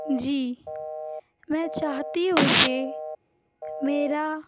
جی میں چاہتی ہوں کہ میرا